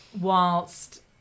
whilst